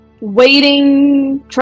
waiting